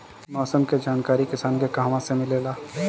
मौसम के जानकारी किसान के कहवा से मिलेला?